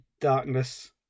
darkness